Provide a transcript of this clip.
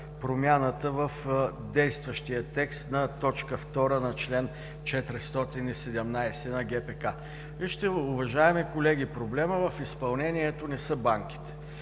промяната в действащия текст на т. 2 на чл. 417 на ГПК. Вижте, уважаеми колеги, проблемът в изпълнението не са банките.